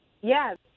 Yes